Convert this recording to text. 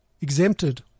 exempted